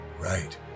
Right